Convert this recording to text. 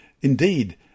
Indeed